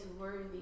worthy